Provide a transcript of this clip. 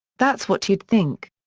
that's what you'd think.